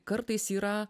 kartais yra